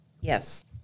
Yes